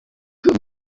rero